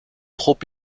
trop